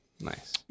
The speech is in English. Nice